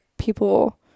people